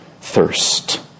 thirst